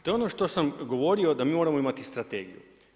To je ono što sam govorio da mi moramo imati strategiju.